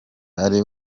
ari